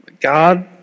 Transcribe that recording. God